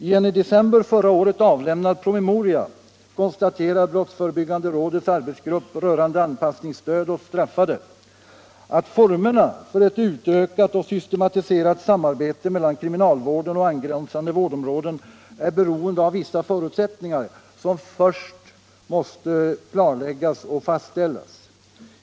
I en i december förra året avlämnad promemoria konstaterar brottsförebyggande rådets arbetsgrupp rörande anpassningsstöd åt straffade att formerna för ett utökat och systematiserat samarbete mellan kriminalvården och angränsande vårdområden är beroende av vissa förutsätt ningar, som först måste klarläggas och fastställas.